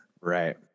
Right